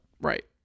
right